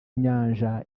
inyanja